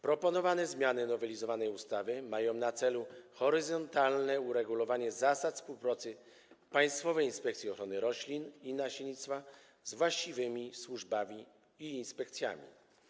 Proponowane zmiany nowelizowanej ustawy mają na celu horyzontalne uregulowanie zasad współpracy Państwowej Inspekcji Ochrony Roślin i Nasiennictwa z właściwymi służbami i inspekcjami.